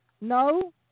No